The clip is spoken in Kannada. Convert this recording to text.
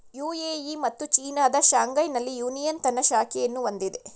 ಯು.ಎ.ಇ ಮತ್ತು ಚೀನಾದ ಶಾಂಘೈನಲ್ಲಿ ಯೂನಿಯನ್ ತನ್ನ ಶಾಖೆಯನ್ನು ಹೊಂದಿದೆ